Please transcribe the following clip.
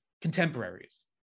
contemporaries